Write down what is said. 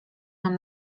nam